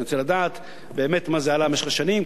אני רוצה לדעת באמת כמה זה עלה במשך השנים,